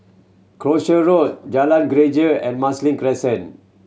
Croucher Road Jalan Greja and Marsiling Crescent